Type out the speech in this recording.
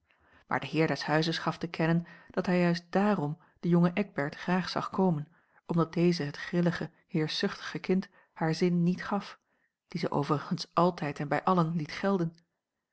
de heer des huizes gaf te kennen dat hij juist dààrom den jongen eckbert graag zag komen omdat deze het grillige heerschzuchtige kind haar zin niet gaf dien ze overigens altijd en bij allen liet gelden